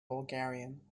bulgarian